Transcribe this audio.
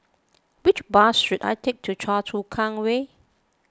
which bus should I take to Choa Chu Kang Way